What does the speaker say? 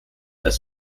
als